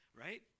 Right